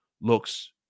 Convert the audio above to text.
looks